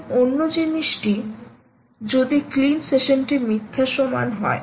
এখন অন্য জিনিসটি যদি ক্লিন সেশনটি মিথ্যা সমান হয়